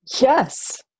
Yes